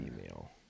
email